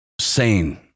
sane